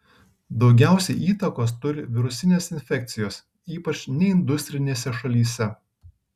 daugiausiai įtakos turi virusinės infekcijos ypač neindustrinėse šalyse